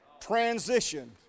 Transition